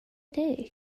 day